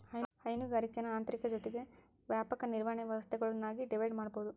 ಹೈನುಗಾರಿಕೇನ ಆಂತರಿಕ ಜೊತಿಗೆ ವ್ಯಾಪಕ ನಿರ್ವಹಣೆ ವ್ಯವಸ್ಥೆಗುಳ್ನಾಗಿ ಡಿವೈಡ್ ಮಾಡ್ಬೋದು